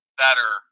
better